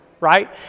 right